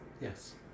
Yes